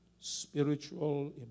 spiritual